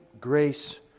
grace